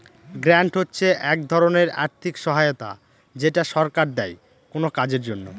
grant হচ্ছে এক ধরনের আর্থিক সহায়তা যেটা সরকার দেয় কোনো কাজের জন্য